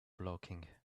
blocking